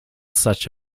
such